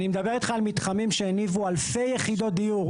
אני מדבר איתך על מתחמים שהניבו אלפי יחידות דיור.